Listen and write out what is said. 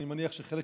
אני מניח שחלק